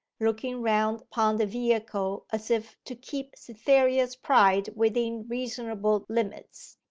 looking round upon the vehicle as if to keep cytherea's pride within reasonable limits.